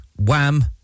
Wham